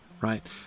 right